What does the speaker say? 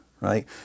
right